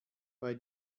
bei